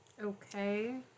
Okay